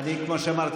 השרה רגב,